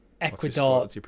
Ecuador